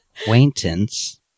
Acquaintance